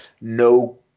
no